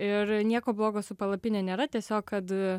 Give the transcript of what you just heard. ir nieko blogo su palapine nėra tiesiog kad